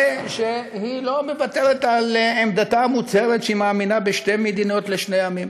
שהיא לא מוותרת על עמדתה המוצהרת שהיא מאמינה בשתי מדינות לשני עמים.